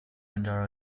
under